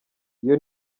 iyo